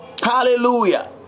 Hallelujah